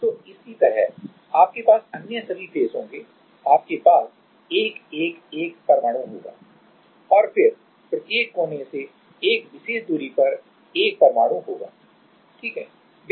तो इसी तरह आपके पास अन्य सभी फेस होंगे आपके पास 1 1 1 परमाणु होगा और फिर प्रत्येक कोने से एक विशेष दूरी पर 1 परमाणु होगा ठीक है